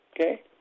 okay